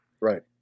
Right